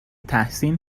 تحسین